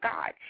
God